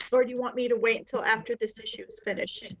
so or do you want me to wait until after this issue is finished?